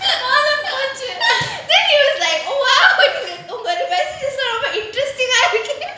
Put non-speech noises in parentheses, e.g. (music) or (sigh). (laughs) then he was like oh !wow! மானம் போச்சு:maanam pochu interesting